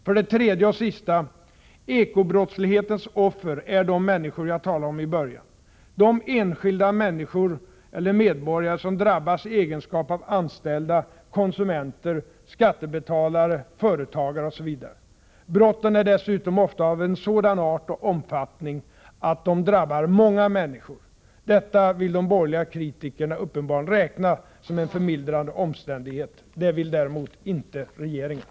För det tredje — och sista: Eko-brottslighetens offer är de människor jag talade om i början; de enskilda medborgare som drabbas i egenskap av anställda, konsumenter, skattebetalare, företagare osv. Brotten är dessutom ofta av en sådan art och omfattning att de drabbar många människor. Detta vill de borgerliga kritikerna uppenbarligen räkna som en förmildrande omständighet. Det vill däremot inte regeringen.